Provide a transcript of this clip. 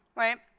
right?